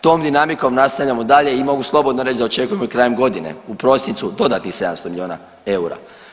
Tom dinamikom nastavljamo i dalje i mogu slobodno reći da očekujemo i krajem godine, u prosincu dodatnih 700 milijuna eura.